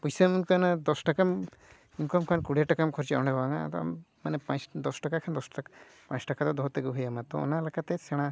ᱯᱚᱭᱥᱟᱢ ᱤᱱᱠᱟᱹᱱᱟᱢ ᱴᱟᱠᱟᱢ ᱤᱱᱠᱟᱢ ᱠᱷᱟᱱ ᱠᱩᱲᱤ ᱴᱟᱠᱟᱢ ᱠᱷᱚᱨᱪᱟᱭᱟ ᱚᱸᱰᱮ ᱵᱟᱝᱟ ᱟᱫᱚ ᱟᱢ ᱢᱟᱱᱮ ᱯᱟᱸᱪ ᱫᱚᱥ ᱴᱟᱠᱟ ᱠᱷᱟᱱ ᱫᱚᱥ ᱴᱟᱠᱟ ᱯᱟᱸᱪ ᱴᱟᱠᱟ ᱫᱚ ᱫᱚᱦᱚ ᱛᱮᱜᱮ ᱦᱩᱭ ᱟᱢᱟ ᱛᱚ ᱚᱱᱟ ᱞᱮᱠᱟᱛᱮ ᱥᱮᱬᱟ